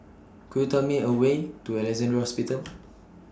Could YOU Tell Me The Way to Alexandra Hospital